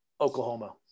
Oklahoma